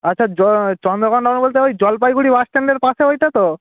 আচ্ছা চন্দ্রকোন্নগর বলতে ওই জলপাইগুড়ি বাস স্ট্যান্ডের পাশে ওইটা তো